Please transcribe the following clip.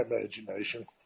imagination